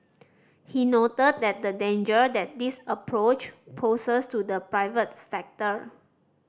he noted that the danger that this approach poses to the private sector